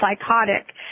psychotic